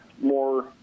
more